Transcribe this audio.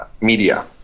media